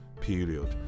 period